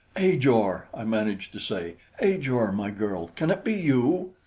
ajor! i managed to say. ajor, my girl, can it be you?